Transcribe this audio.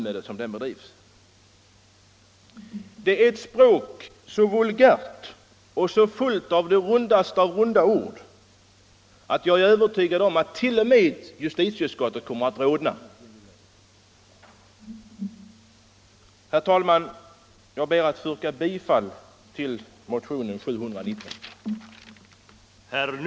Det förs där ett språk, så vulgärt och så fullt av de rundaste av runda ord att jag är övertygad om att t.o.m. justitieutskottet kommer att rodna. Herr talman! Jag ber att få yrka bifall till motionen 719.